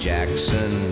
Jackson